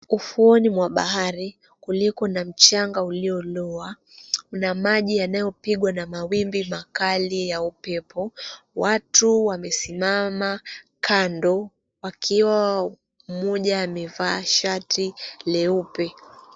Ufuoni mwa bahari kuliko na mchanga ulioloa, kuna maji yanayopigwa na mawimbi makali ya upepo. Watu wamesimama kando wakiwa mmoja amevaa shati leupe.